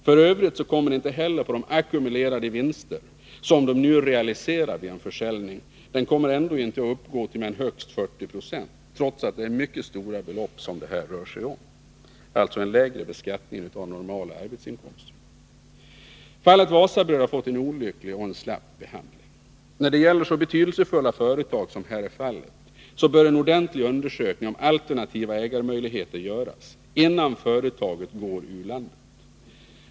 F. ö. kommer heller inte skatten på de ackumulerade vinster som de nu realiserar vid en försäljning att uppgå till mer än högst 40 90, trots att det är mycket stora belopp som det här rör sig om. Det blir alltså en lägre beskattning än vid en normal arbetsinkomst. Fallet Wasabröd har fått en olycklig och slapp behandling. När det gäller så betydelsefulla företag som det här är fråga om, bör en ordentlig undersökning om alternativa ägarmöjligheter göras, innan företaget går ur landet.